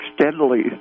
steadily